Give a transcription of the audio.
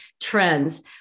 trends